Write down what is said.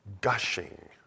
gushing